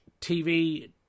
TV